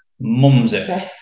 mumsy